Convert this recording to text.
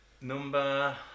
Number